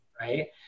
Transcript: right